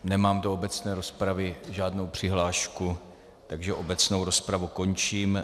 Nemám do obecné rozpravy žádnou přihlášku, takže obecnou rozpravu končím.